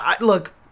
look